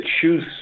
choose